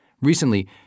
Recently